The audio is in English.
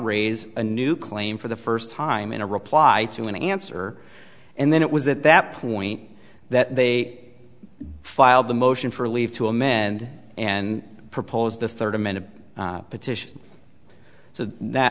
raise a new claim for the first time in a reply to an answer and then it was at that point that they filed the motion for leave to amend and propose the third amended petition so that